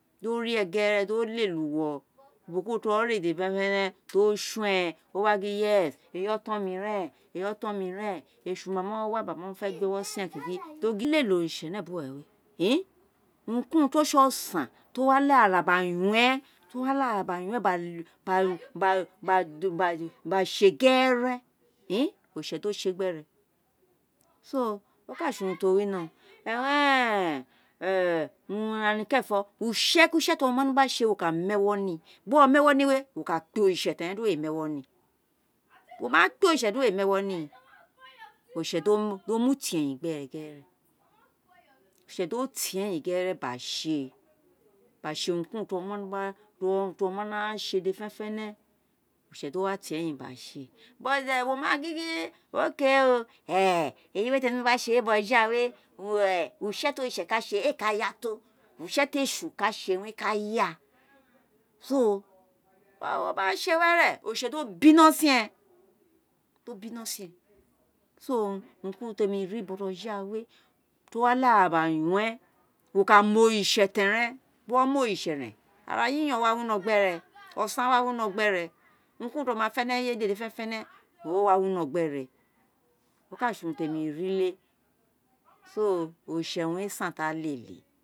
Di o rie gere di o lele uwo uboki ubo ti wo re dede fenefene di o son uwo, o wa gin yes, eyi otom ren, eyi oton mi ren, esu ma mo wa gba fe gbe ewo sine kuti li lele oritse ne bu we we in, urun ki urun ti o se osan, ti o leghe aragba se gerere oritse di o se gbere so, o ka se urun tio winoron urun rani kerenfo use ki use ti wo nogba se wo ka mu ewo nii, o ma mu ewo ni we wo ka, be oritse teren di we mu ewo nii wo ma kpe oritse di we mu ewo ni oritse di o mu etieyin gerere oritse di tieyin gerere gba see gba se urunki urun o wi no gba se dede fenefene oritse o wa tieyin gba see but de wo ma gingin eyiwe ti ene wino se we bojoghawe use ti oritse ka se owun re ka yaa so o ma se were oritse wa bino sin e, di o bino sin e so urun ki urun temi ri bo joghawe ti o wa leghe ara gbe yon uwo, wo kama oritse teren ti o mo oritse nen arayi yon wa wino gbere o san wa wiho gbere, urunki urun ti wo ma fe ni eye dede fenefene owun o wa wiho gbere.